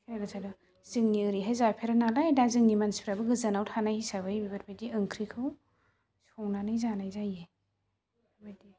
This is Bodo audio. ओरै सायडाव जोंनि ओरैहाय जाफेरा नालाय दा जोंनि मानसिफोराबो गोजानाव थानाय हिसाबै बेफोरबायदि ओंख्रिखौ संनानै जानाय जायो